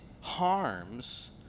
harms